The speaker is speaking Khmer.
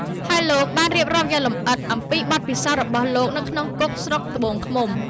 ហើយលោកបានរៀបរាប់យ៉ាងលម្អិតអំពីបទពិសោធន៍របស់លោកនៅក្នុងគុកស្រុកត្បូងឃ្មុំ។